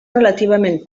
relativament